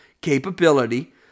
capability